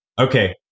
okay